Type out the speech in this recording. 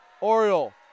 Oriole